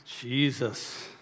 Jesus